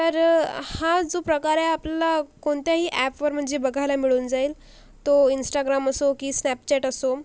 तर हा जो प्रकार आहे आपला कोणत्याही ॲफवर म्हणजे बघायला मिळून जाईल तो इंस्टाग्राम असो की स्नॅपचॅट असो